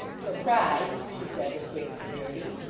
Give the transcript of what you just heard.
for pride, she said with great severity,